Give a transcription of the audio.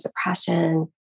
depression